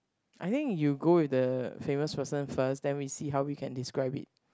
I think you go with the famous person first then we see how we can describe it